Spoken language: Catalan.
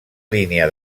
línia